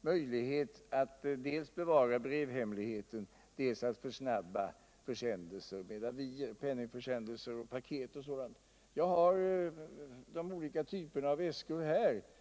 möjlighet att dels bevara brovhemligheten, dels med avier försnabba penningförsändelser, paket och sådant. Jag har de olika tvperna av väskor tillgängliga här i huset.